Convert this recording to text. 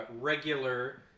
regular